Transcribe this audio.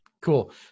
Cool